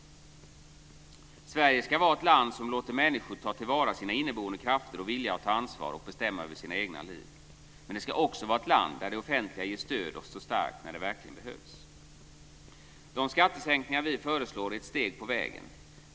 Sverige ska vara ett land som låter människor ta till vara sina inneboende krafter och vilja att ta ansvar och bestämma över sina egna liv. Men det ska också vara ett land där det offentliga ger stöd och står starkt när det verkligen behövs. De skattesänkningar vi föreslår är ett steg på vägen.